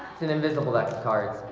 an invisible deck of cards.